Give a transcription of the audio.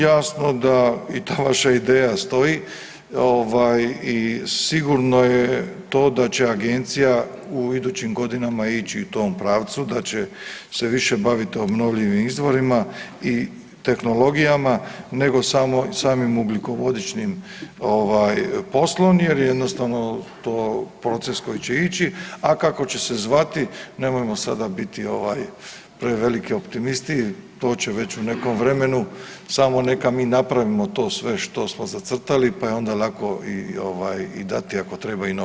Jasno da i ta vaša ideja stoji, ovaj i sigurno je to da će Agencija u idućim godinama ići u tom pravcu, da će se više baviti obnovljivim izvorima i tehnologija nego samim ugljikovodičnim ovaj, poslom jer jednostavno to proces koji će ići, a kako će se zvati, nemojmo sada biti ovaj, preveliki optimisti, to će već u nekom vremenu, samo neka mi napravimo to sve što smo zacrtali pa je onda lako i ovaj, i dati, ako treba i novo ime.